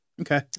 Okay